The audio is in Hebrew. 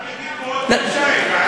מה תגיד בעוד חודשיים?